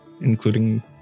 including